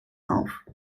auf